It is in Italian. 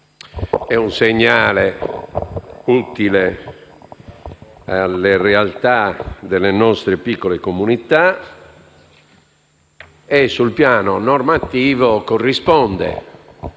È un segnale utile alle realtà delle nostre piccole comunità e, sul piano normativo, corrisponde